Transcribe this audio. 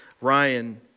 Ryan